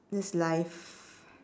that's life